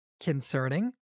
Concerning